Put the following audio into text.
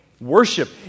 Worship